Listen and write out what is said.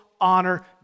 honor